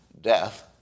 death